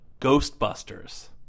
Ghostbusters